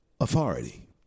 authority